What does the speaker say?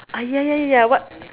ah ya ya ya what